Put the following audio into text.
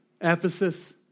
Ephesus